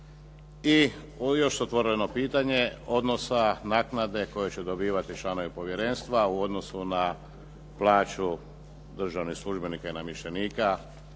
I još otvoreno pitanje odnosa naknade koju će dobivati članovi povjerenstva u odnosu na plaću državnih službenika i namještenika.